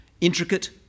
intricate